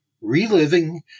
Reliving